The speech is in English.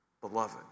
Beloved